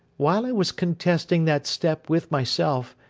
while i was contesting that step with myself,